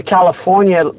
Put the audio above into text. California